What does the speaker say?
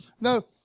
no